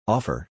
Offer